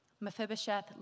Mephibosheth